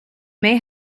may